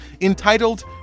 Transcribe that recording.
entitled